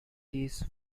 these